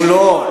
הוא לא?